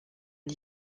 les